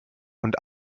und